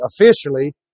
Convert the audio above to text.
officially